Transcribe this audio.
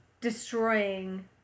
destroying